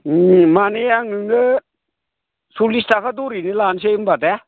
माने आं नोंनो सल्लिस थाखा दरैनो लानोसै होनबा दे